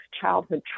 childhood